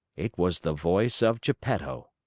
it was the voice of geppetto.